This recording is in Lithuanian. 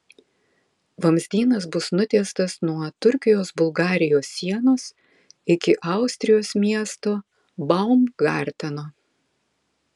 vamzdynas bus nutiestas nuo turkijos bulgarijos sienos iki austrijos miesto baumgarteno